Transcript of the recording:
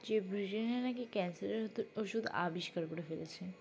যে ব্রিটেনে নাকি ক্যান্সারের ওষুধ আবিষ্কার করে ফেলেছে